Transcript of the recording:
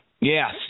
Yes